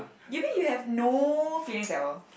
you mean you have no feelings at all